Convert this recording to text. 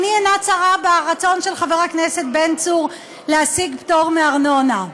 עיני אינה צרה ברצון של חבר הכנסת בן צור להשיג פטור מארנונה.